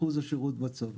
אחוז השירות בצבא.